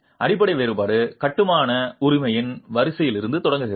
அடிப்படை வேறுபாடு கட்டுமான உரிமையின் வரிசையிலிருந்து தொடங்குகிறது